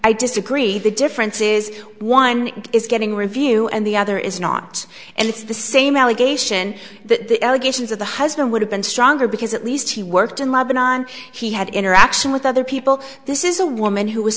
disagree the difference is one is getting review and the other is not and it's the same allegation that the allegations of the husband would have been stronger because at least he worked in lebanon he had interaction with other people this is a woman who was